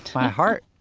my heart,